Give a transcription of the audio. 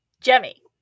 Jemmy